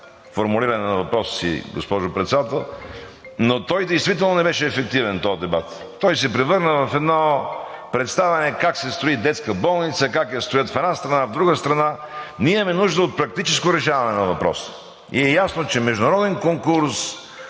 формулиране на въпроса си, госпожо Председател, но действително не беше ефективен този дебат. Той се превърна в едно представяне как се строи детска болница, как я строят в една страна, в друга страна, а ние имаме нужда от практическо решаване на въпроса. Ясно ни е, че международен конкурс,